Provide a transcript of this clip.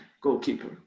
goalkeeper